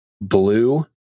blue